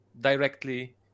directly